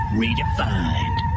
redefined